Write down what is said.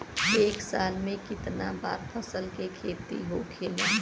एक साल में कितना बार फसल के खेती होखेला?